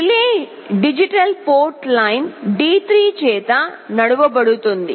relay digital port line D3 చేత నడపబడుతుంది